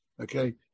okay